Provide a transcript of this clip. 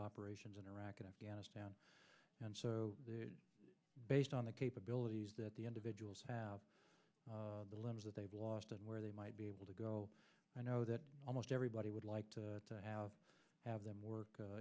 operations in iraq and afghanistan and so they're based on the capabilities that the individuals have the limbs that they've lost and where they might be able to go i know that almost everybody would like to have them work